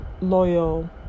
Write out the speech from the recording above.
loyal